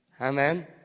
Amen